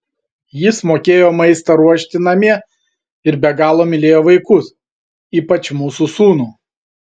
jis mokėjo maistą ruošti namie ir be galo mylėjo vaikus ypač mūsų sūnų